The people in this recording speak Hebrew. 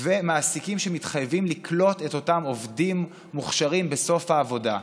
ומעסיקים שמתחייבים לקלוט את אותם עובדים מוכשרים בסוף העבודה.